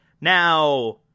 Now